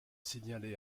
signalé